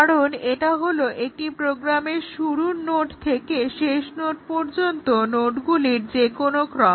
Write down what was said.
কারণ এটা হলো একটি প্রোগ্রামের শুরুর নোড থেকে শেষ নোড পর্যন্ত নোডগুলোর যে কোনো ক্রম